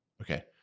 Okay